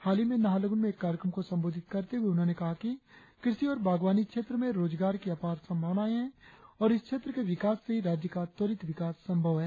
हाल ही में नाहरलगुन में एक कार्यक्रम को संबोधित करते हुए उन्होंने कहा कि क्रषि और बागवानी क्षेत्र में रोजगार की अपार संभावनाए है और इस क्षेत्र के विकास से ही राज्य का त्वरित विकास संभव है